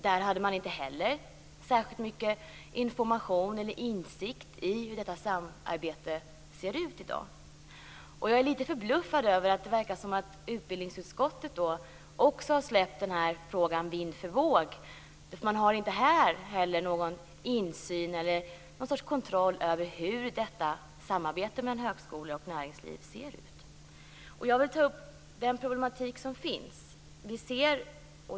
Där hade man inte heller särskilt mycket information om eller insikt i hur detta samarbete ser ut i dag. Jag är också litet förbluffad över att även utbildningsutskottet, som det verkar, har släppt den här frågan vind för våg. Inte heller här har man någon insyn i eller kontroll över hur detta samarbete ser ut. Jag vill ta upp den problematik som finns.